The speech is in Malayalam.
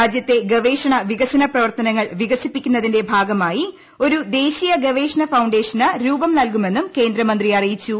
രാജ്യത്തിന്റെ ഗവേഷണ വികസന പ്രവർത്തനങ്ങൾ വികസിപ്പിക്കുന്നതിന്റെ ഭാഗമായി ഒരു ദേശീയ ഗവേഷണ ഫൌണ്ടേഷന് രൂപം നൽകുമെന്നും കേന്ദ്ര മന്ത്രി അറിയിച്ചു